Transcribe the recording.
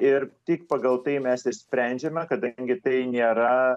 ir tik pagal tai mes ir sprendžiame kadangi tai nėra